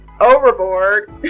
overboard